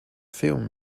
film